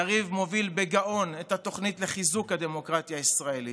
יריב מוביל בגאון את התוכנית לחיזוק הדמוקרטיה הישראלית.